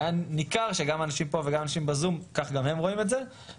היה ניכר שגם האנשים פה וגם האנשים בזום רואים את זה כך גם,